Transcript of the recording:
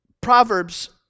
Proverbs